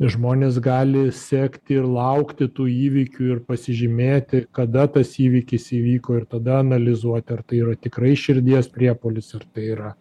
žmonės gali sekti ir laukti tų įvykių ir pasižymėti kada tas įvykis įvyko ir tada analizuoti ar tai yra tikrai širdies priepuolis ar tai yra